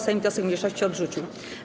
Sejm wniosek mniejszości odrzucił.